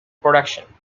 production